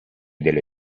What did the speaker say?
delle